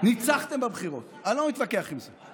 ניצחתם בבחירות, אני לא מתווכח עם זה.